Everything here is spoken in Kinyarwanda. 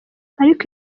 ariko